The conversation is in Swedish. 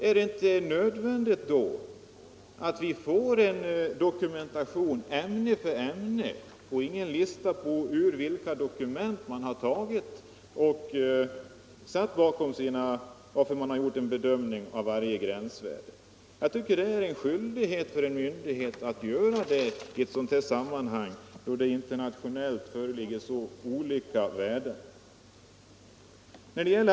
Är det inte då nödvändigt att vi får en dokumentation ämne för ämne och inte en lista på gränsvärden? Jag tycker att det är en skyldighet för en myndighet att ge en sådan dokumentation i ett sammanhang där det internationellt föreligger så olika värden.